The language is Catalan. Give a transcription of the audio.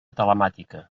telemàtica